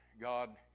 God